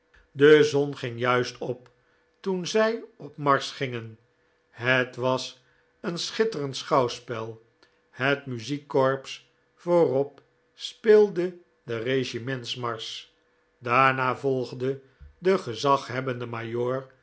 de zon ging juist op toen zij op marsch gingen het was een schitterend schouwspel het muziekcorps voorop speelde den regimentsmarsch daarna volgde de gezaghebbende